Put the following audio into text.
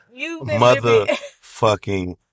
motherfucking